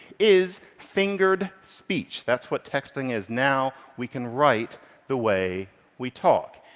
is fingered speech. that's what texting is. now we can write the way we talk.